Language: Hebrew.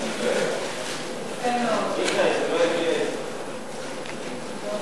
לוועדת הכנסת נתקבלה.